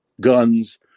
guns